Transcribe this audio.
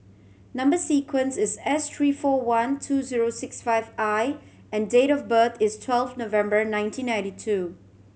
number sequence is S three four one two zero six five I and date of birth is twelve November nineteen ninety two